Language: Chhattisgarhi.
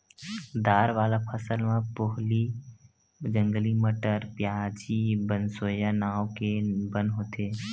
दार वाला फसल म पोहली, जंगली मटर, प्याजी, बनसोया नांव के बन होथे